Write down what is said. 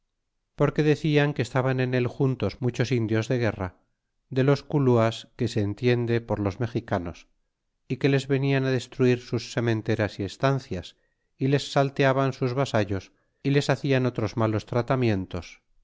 porque decian que estaban en él juntos muchos indios de guerra de los culuas que se entiende por los mexicanos y que les venian á destruir sus sementeras y estancias y les salteaban sus vasallos y les hacian otros malos tratamientos